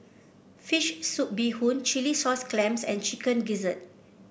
fish soup Bee Hoon Chilli Sauce Clams and Chicken Gizzard